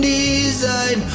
design